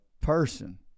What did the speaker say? person